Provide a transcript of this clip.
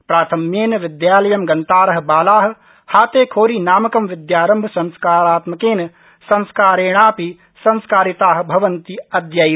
प्राथम्येन विद्यालयं गन्तार बाला हात्रा्खोरी नामकं विद्यारम्भ संस्कारात्मकेन संस्कारेणापि संस्कारिता भवन्ति अद्यैव